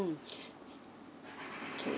mm okay